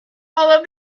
all